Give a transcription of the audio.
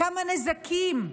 כמה נזקים,